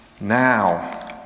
Now